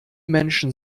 menschen